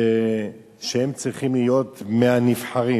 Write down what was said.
שהם צריכים להיות מהנבחרים.